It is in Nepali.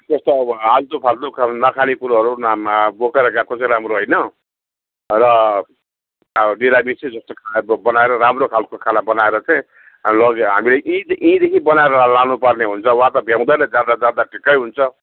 यस्तो अब आल्तु फाल्तु नखाने कुरोहरू नाममा बोकेर गएको चाहिँ राम्रो होइन र अब निरामिसै जस्तो टाइपको बनाएर राम्रो खाल्को खाना बनाएर चाहिँ अब लग्यो हामीलाई यहीँ यहीँदेखि बनाएर लानु पर्ने हुन्छ वाँ त भ्याउँदैन जाँदा जाँदा ठिकै हुन्छ